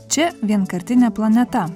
čia vienkartinė planeta